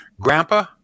Grandpa